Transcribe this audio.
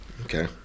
Okay